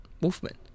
movement